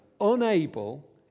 unable